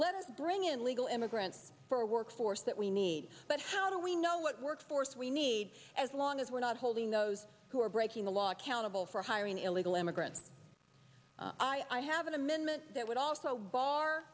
let us bring in legal immigrants for a work force that we need but how do we know what workforce we need as long as we're not holding those who are breaking the law accountable for hiring illegal immigrants i have an amendment that would also bar